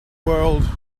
world